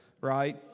right